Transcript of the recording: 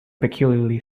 peculiarly